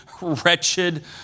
wretched